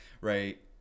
Right